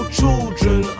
children